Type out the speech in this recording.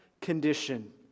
condition